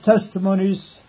testimonies